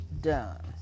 done